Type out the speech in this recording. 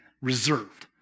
reserved